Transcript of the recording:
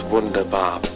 Wunderbar